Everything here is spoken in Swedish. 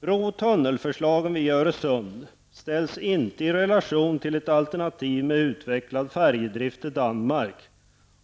Bro/tunnelförslagen via Öresund ställs inte i relation till ett alternativ med utvecklad färjedrift till Danmark